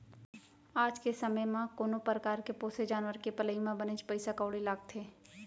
आज के समे म कोनो परकार के पोसे जानवर के पलई म बनेच पइसा कउड़ी लागथे